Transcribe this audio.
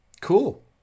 cool